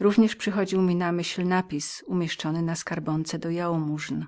również przychodził mi na myśl napis umieszczony na pniu do jałmużn